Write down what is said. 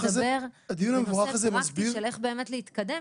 מנסה לדבר בנושא פרקטי של איך באמת להתקדם,